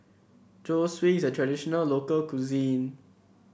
Zosui is a traditional local cuisine